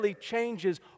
changes